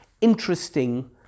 interesting